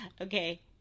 okay